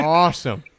awesome